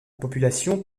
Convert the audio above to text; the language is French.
population